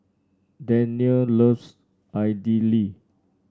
Dania loves Idili